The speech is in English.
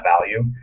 value